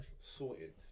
sorted